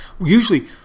Usually